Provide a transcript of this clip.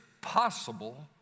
possible